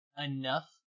enough